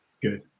Good